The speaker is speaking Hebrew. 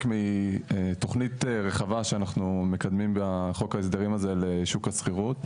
מתוכנית רחבה שאנחנו מקדמים בחוק ההסדרים הזה לשוק השכירות,